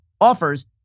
offers